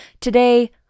Today